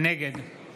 נגד